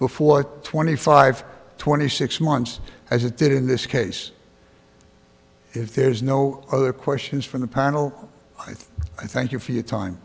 before twenty five twenty six months as it did in this case if there's no other questions from the panel i thank you for your time